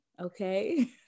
okay